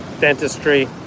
dentistry